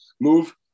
move